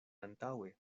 antaŭe